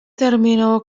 terminò